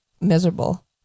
miserable